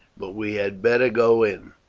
but we had better go in,